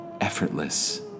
effortless